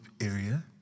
area